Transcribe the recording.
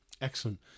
Excellent